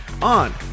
On